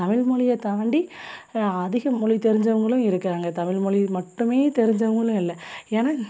தமிழ்மொலிய தாண்டி அதிக மொழி தெரிஞ்சவங்களும் இருக்காங்க தமிழ்மொலி மட்டுமே தெரிஞ்சவங்களும் இல்லை ஏன்னா